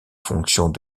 fonctions